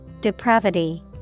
Depravity